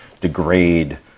degrade